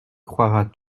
croiras